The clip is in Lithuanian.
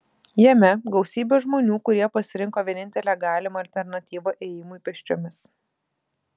jame gausybė žmonių kurie pasirinko vienintelę galimą alternatyvą ėjimui pėsčiomis